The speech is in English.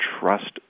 trust